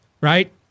right